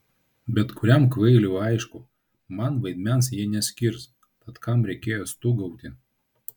bet kuriam kvailiui aišku man vaidmens ji neskirs tad kam reikėjo stūgauti